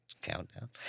countdown